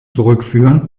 zurückführen